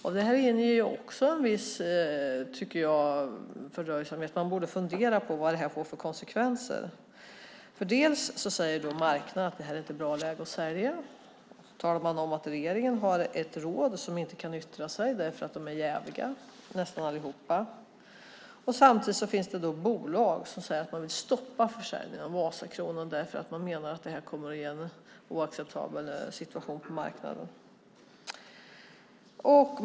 Det här borde innebära också en viss fördröjning. Man borde fundera på vad det får för konsekvenser. Marknaden säger att det inte är bra läge att försälja. Regeringen har ett råd som inte kan yttra sig därför att nästan alla rådgivarna är jäviga. Samtidigt finns bolag som vill stoppa försäljningen av Vasakronan därför att de menar att det kommer att innebära en oacceptabel situation på marknaden.